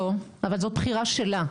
לא, אבל זאת בחירה שלה.